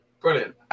Brilliant